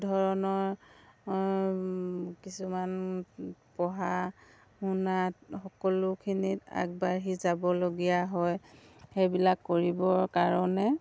ধৰণৰ কিছুমান পঢ়া শুনাত সকলোখিনিত আগবাঢ়ি যাবলগীয়া হয় সেইবিলাক কৰিবৰ কাৰণে